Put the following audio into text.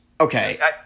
okay